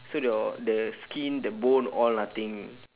so your the skin the bone all nothing